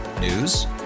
News